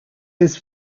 his